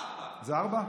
זה ארבע.